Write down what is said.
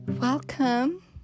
Welcome